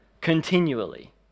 continually